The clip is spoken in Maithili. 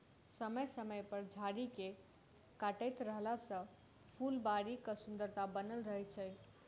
समय समय पर झाड़ी के काटैत रहला सॅ फूलबाड़ीक सुन्दरता बनल रहैत छै